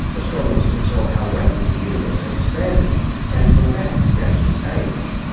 astronomers could tell how rapidly the universe had expanded and from that gauge its age.